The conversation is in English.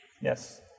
Yes